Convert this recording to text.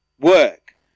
work